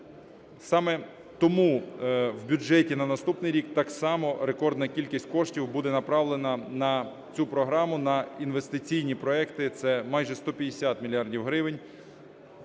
Саме тому в бюджеті на наступний рік так само рекордна кількість коштів буде направлена на цю програму на інвестиційні проекти. Це майже 150 мільярдів